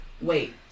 Wait